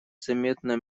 заметно